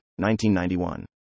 1991